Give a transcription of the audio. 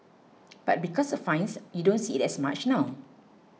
but because of fines you don't see it as much now